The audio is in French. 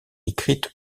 écrite